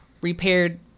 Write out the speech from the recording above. repaired